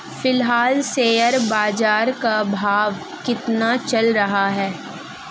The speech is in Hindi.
फिलहाल शेयर बाजार का भाव कितना चल रहा है?